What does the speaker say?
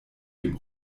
dem